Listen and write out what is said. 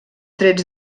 trets